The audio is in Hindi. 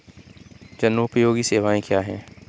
जनोपयोगी सेवाएँ क्या हैं?